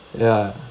ya